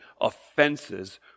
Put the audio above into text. offenses